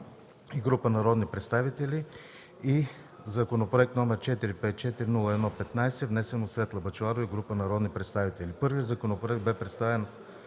и група народни представители, и № 454–01–15, внесен от Светла Бъчварова и група народни представители. Първият законопроект бе представен